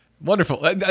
Wonderful